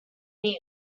new